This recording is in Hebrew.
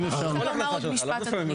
אני רק רוצה לומר עוד משפט, אדוני.